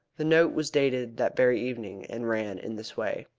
the note was dated that very evening, and ran in this way